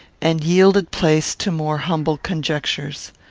and yielded place to more humble conjectures.